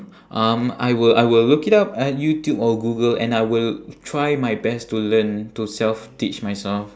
um I will I will look it up at youtube or google and I will try my best to learn to self teach myself